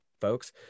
folks